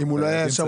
אם הוא לא היה ישר,